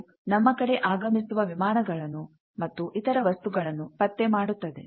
ಇದು ನಮ್ಮ ಕಡೆ ಆಗಮಿಸುವ ವಿಮಾನಗಳನ್ನು ಮತ್ತು ಇತರ ವಸ್ತುಗಳನ್ನು ಪತ್ತೆ ಮಾಡುತ್ತದೆ